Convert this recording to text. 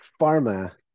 pharma